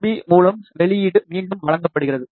B மூலம் வெளியீடு மீண்டும் வழங்கப்படுகிறது